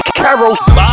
carol